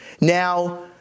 Now